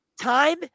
time